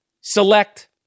select